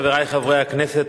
חברי חברי הכנסת,